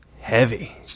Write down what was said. Heavy